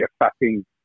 affecting